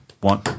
one